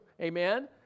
Amen